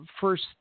first